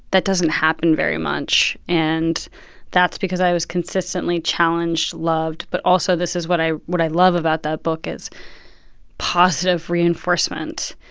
that doesn't happen very much. and that's because i was consistently challenged, loved. but also, this is what i what i love about that book is positive reinforcement.